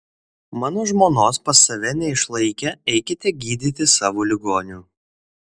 mano žmonos pas save neišlaikę eikite gydyti savo ligonių